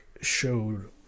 showed